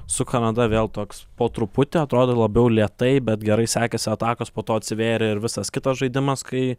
su kanada vėl toks po truputį atrodo labiau lėtai bet gerai sekėsi atakos po to atsivėrė ir visas kitas žaidimas kai